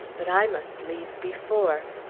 but i must leave before.